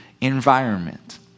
environment